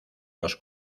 los